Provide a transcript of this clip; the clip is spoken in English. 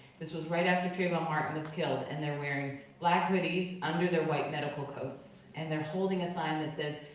this was right after trayvon martin was killed, and they're wearing black hoodies under their white medical coats, and they're holding a sign that says,